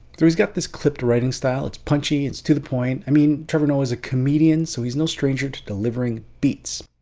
though he's got this clipped writing style, it's punchy, it's to the point. i mean trevor noah is a comedian so he's no stranger to delivering beats.